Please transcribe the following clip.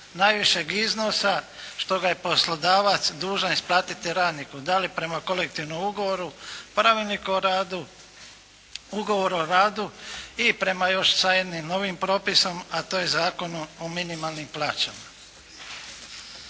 najvišeg iznosa što ga je poslodavac dužan isplatiti radniku, da li prema kolektivnom ugovoru, pravilniku o radu, ugovoru o radu i prema još sa jednim novim propisom, a to je Zakonom o minimalnim plaćama.